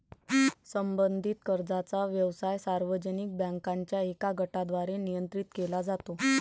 संबंधित कर्जाचा व्यवसाय सार्वजनिक बँकांच्या एका गटाद्वारे नियंत्रित केला जातो